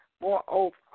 Moreover